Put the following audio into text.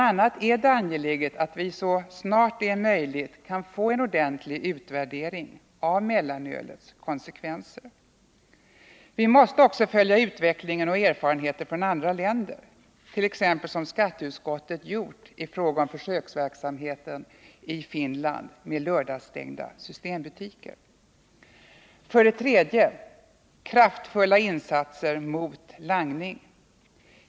a. är det angeläget att vi så snart det är möjligt kan få en ordentlig utvärdering av konsekvenserna av mellanölsförbudet. Vi måste också följa utvecklingen i och erfarenheterna från andra länder, såsom skatteutskottet gjort i fråga om försöksverksamheten i Finland med lördagsstängda systembutiker. 3. Kraftfulla insatser mot langning.